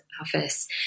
Office